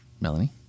Melanie